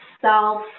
self